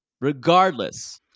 Regardless